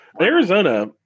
Arizona